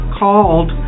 called